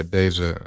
deze